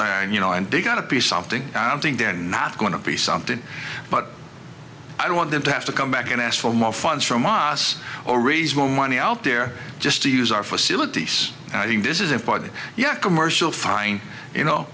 and you know and they got a piece something i don't think they're not going to be something but i don't want them to have to come back and ask for more funds from us or raise more money out there just to use our facilities and i think this is a body yet commercial fine you know